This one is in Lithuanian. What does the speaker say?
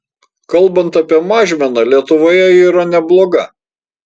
kalbant apie mažmeną lietuvoje ji yra nebloga